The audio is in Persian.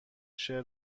شعر